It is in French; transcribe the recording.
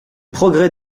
progrès